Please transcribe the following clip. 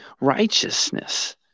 righteousness